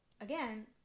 again